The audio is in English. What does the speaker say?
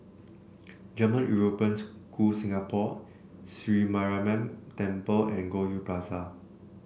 German European School Singapore Sri Mariamman Temple and Goldhill Plaza